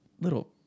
little